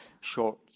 short